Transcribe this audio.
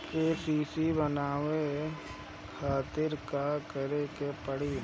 KCC बनवावे खातिर का करे के पड़ी?